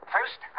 First